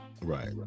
Right